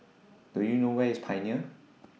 Do YOU know Where IS Pioneer